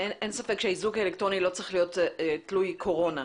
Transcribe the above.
אין ספק שהאיזוק האלקטרוני לא צריך להיות תלוי קורונה.